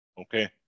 okay